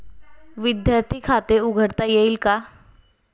विद्यार्थी खाते उघडता येईल का?